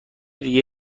دیگه